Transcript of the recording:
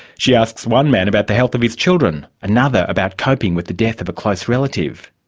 she asks one man about the health of his children, another about coping with the death of a close relative.